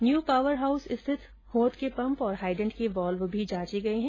new power house स्थित हौद के पम्प और हाइडेंट के वॉल्व भी जांचे गए हैं